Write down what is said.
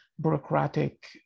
bureaucratic